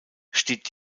steht